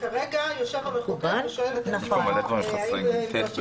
וכרגע יושב המחוקק ושואל את עצמו: האם נדרשים